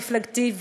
מפלגתי,